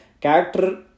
character